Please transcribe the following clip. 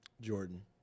Jordan